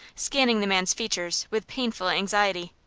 scanning the man's features with painful anxiety.